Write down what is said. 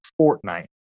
Fortnite